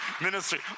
ministry